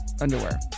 underwear